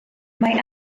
mae